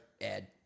Ed